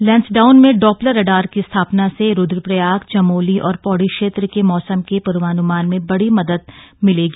लैंसडाउन में Doppler radar की स्थापना से रुद्दप्रयाग चमोली और पौड़ी क्षेत्र के मौसम के पूर्वान्मान में बड़ी मदद मिलेगी